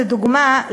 לדוגמה,